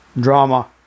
Drama